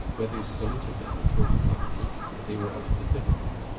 weathers saluted them and told the company that they were out of the tivoli.